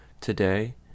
today